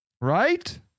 Right